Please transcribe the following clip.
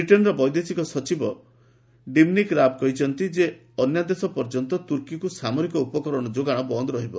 ବ୍ରିଟେନ୍ର ବୈଦେଶିକ ସଚିବ ଡମିନିକ୍ ରାବ୍ କହିଛନ୍ତି ଯେ ଅନ୍ୟାଦେଶ ପର୍ଯ୍ୟନ୍ତ ତ୍ରୁର୍କୀକୁ ସାମରିକ ଉପକରଣ ଯୋଗାଣ ବନ୍ଦ ରହିବ